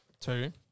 Two